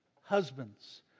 husbands